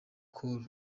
call